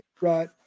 Right